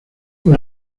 con